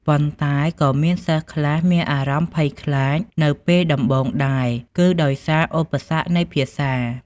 ប៉ុន្តែក៏មានសិស្សខ្លះមានអារម្មណ៍ភ័យខ្លាចនៅពេលដំបូងដែរ គឺដោយសារឧបសគ្គនៃភាសា។